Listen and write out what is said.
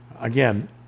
again